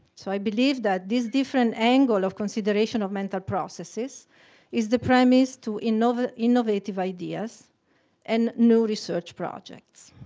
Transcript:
so i believe that this different angle of consideration of mental processes is the premise to innovative innovative ideas and new research projects.